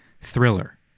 thriller